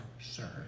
sir